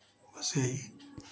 बस यही